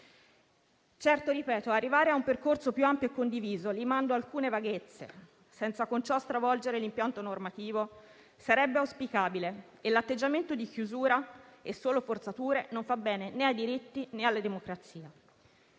Certo, ripeto, arrivare a un percorso più ampio e condiviso, limando alcune vaghezze, senza con ciò stravolgere l'impianto normativo, sarebbe auspicabile e l'atteggiamento di chiusura e solo forzatura non fa bene né ai diritti, né alla democrazia.